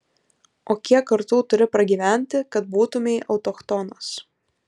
o kiek kartų turi pragyventi kad būtumei autochtonas